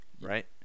right